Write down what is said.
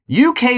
UK